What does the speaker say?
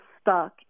stuck